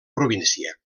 província